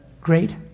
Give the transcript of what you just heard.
great